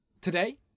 Today